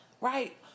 Right